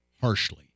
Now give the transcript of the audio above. harshly